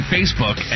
Facebook